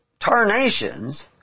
tarnations